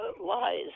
lies